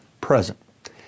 present